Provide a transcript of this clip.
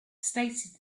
stated